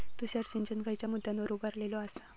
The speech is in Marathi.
तुषार सिंचन खयच्या मुद्द्यांवर उभारलेलो आसा?